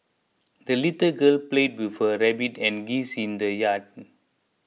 the little girl played with her rabbit and geese in the yard